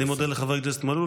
אני מודה לחבר הכנסת מלול.